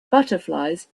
butterflies